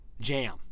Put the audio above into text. jam